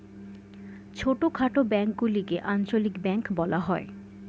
ছোটখাটো ব্যাঙ্কগুলিকে আঞ্চলিক ব্যাঙ্ক বলা হয়